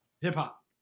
Hip-hop